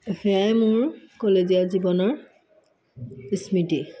সেয়াই মোৰ কলেজীয়া জীৱনৰ স্মৃতি